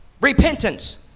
Repentance